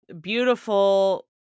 beautiful